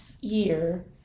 year